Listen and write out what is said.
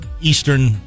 eastern